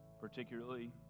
particularly